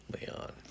Leon